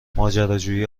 ماجراجویی